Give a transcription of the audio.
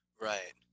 Right